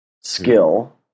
skill